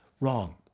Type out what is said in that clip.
Wrong